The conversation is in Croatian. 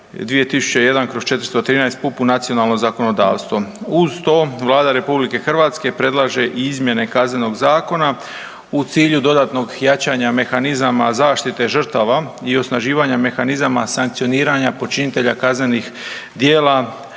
2001/413 u nacionalno zakonodavstvo. Uz to, Vlada RH predlaže i izmjene Kaznenog zakona u cilju dodatnog jačanja mehanizama zaštite žrtava i osnaživanja mehanizama sankcioniranja počinitelja kaznenih djela